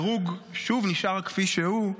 כשהדירוג שוב נשאר כפי שהוא,